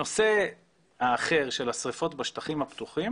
הנושא האחר של השריפות בשטחים הפתוחים